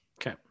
Okay